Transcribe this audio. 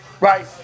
right